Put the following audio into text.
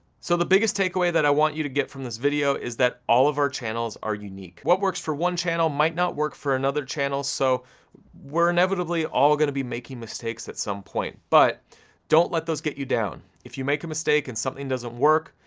so the biggest takeaway that i want you to get from this video, is that all of our channels are unique. what works for one channel, might not work for another channel, so we're inevitably all gonna be making mistakes at some point, but don't let those get you down. if you make a mistake and something doesn't work,